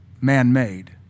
man-made